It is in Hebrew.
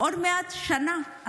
עוד מעט שנה,